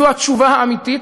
זו התשובה האמיתית.